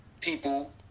people